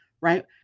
right